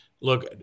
look